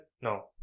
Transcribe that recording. No